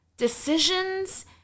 Decisions